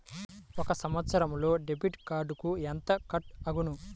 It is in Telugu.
ఒక సంవత్సరంలో డెబిట్ కార్డుకు ఎంత కట్ అగును?